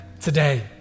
today